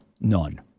None